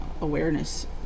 awareness